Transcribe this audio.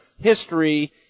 history